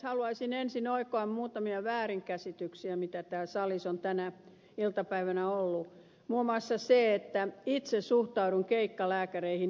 haluaisin ensin oikoa muutamia väärinkäsityksiä mitä täällä salissa on tänä iltapäivänä ollut muun muassa se että itse suhtaudun keikkalääkäreihin erittäin epäillen